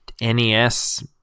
nes